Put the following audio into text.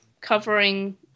covering